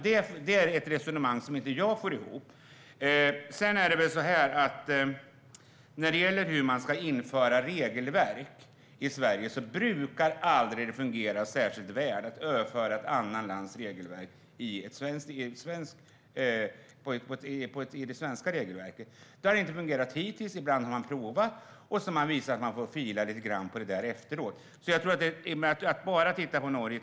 Det är ett resonemang som jag inte får att gå ihop. När det gäller att införa regelverk i Sverige brukar det aldrig fungera särskilt väl att överföra ett annat lands regelverk. Det har inte fungerat hittills. Ibland har man provat. Då har man fått fila lite grann på det efteråt. Jag tror alltså att det är dumt att bara titta på Norge.